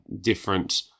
different